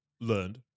learned